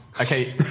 Okay